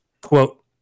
quote